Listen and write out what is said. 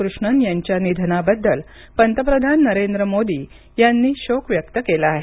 कृष्णन यांच्या निधनाबद्दल पंतप्रधान नरेंद्र मोदी यांनी शोक व्यक्त केला आहे